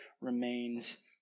remains